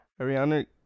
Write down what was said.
Ariana